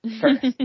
first